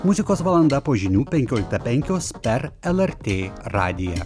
muzikos valanda po žinių penkioliktą penkios per lrt radiją